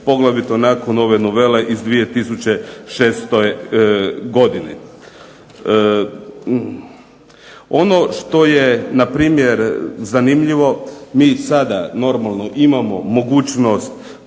poglavito nakon ove novele iz 2006. godine. Ono što je npr. zanimljivo mi sada normalno imamo mogućnost